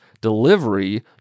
delivery